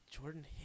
Jordan